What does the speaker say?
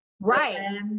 Right